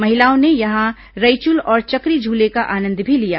महिलाओं ने यहां रइचुल और चकरी झूले का आनंद भी लिया